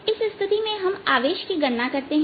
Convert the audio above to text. इस स्थिति में हम आवेश की गणना करते हैं